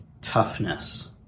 toughness